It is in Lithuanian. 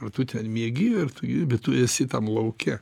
ar tu ten miegi ar tu irbi tu esi tam lauke